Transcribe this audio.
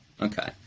Okay